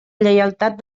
lleialtat